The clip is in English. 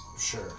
Sure